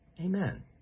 Amen